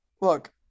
Look